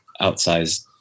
outsized